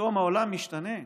פתאום העולם משתנה.